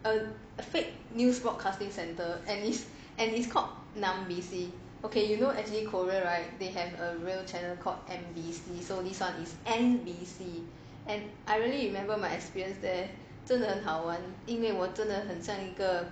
a fake news broadcasting centre and it's and it's called okay you know actually korea right they have a real channel called M_B_C so this one is N_B_C and I really you remember my experience their 真的很好玩因为我真的很像一个